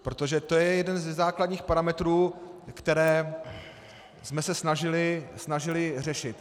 Protože to je jeden ze základních parametrů, které jsme se snažili řešit.